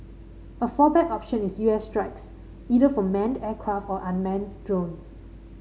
a fallback option is U S strikes either from manned aircraft or unmanned drones